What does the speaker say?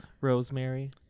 rosemary